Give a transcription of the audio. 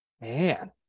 man